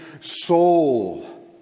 soul